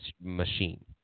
machine